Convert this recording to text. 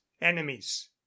enemies